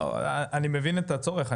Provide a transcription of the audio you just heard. אני מבין את הצורך,